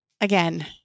again